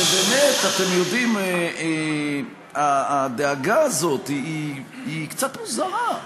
ובאמת, אתם יודעים, הדאגה הזאת היא קצת מוזרה.